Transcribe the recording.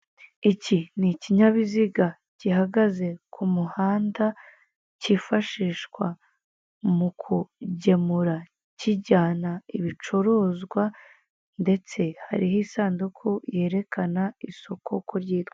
Iki ni ikinyabiziga fihagaze ku muhanda kifashishwa mu kugemura kijyana ibicuruzwa ndetse hariho isanduku yerekana isoko uko ryitwa.